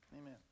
Amen